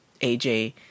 AJ